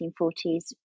1940s